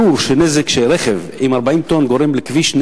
ברור שנזק שרכב של 40 טונות גורם לכביש הוא